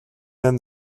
then